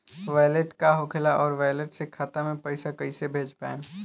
Wallet का होखेला और वैलेट से खाता मे पईसा कइसे भेज पाएम?